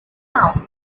sound